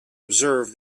observe